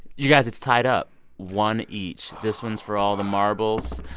you guys it's tied up one each. this one's for all the marbles.